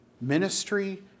ministry